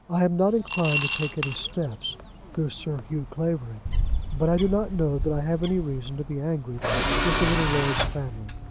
i am not inclined to take any steps through sir hugh clavering but i do not know that i have any reason to be angry with the little lord's family.